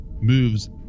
moves